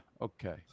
Okay